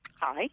Hi